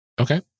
Okay